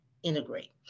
integrate